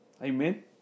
Amen